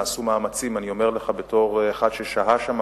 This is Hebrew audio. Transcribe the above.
נעשו מאמצים, אני אומר לך בתור אחד ששהה שם,